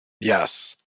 Yes